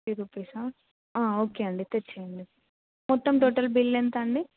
fifty రూపీసా okay అండి తెచ్చేయండి మొత్తం టోటల్ బిల్ ఎంత అండి